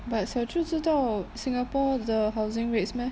but 小舅知道 singapore 的 housing rates meh